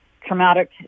traumatic